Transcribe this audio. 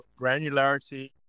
granularity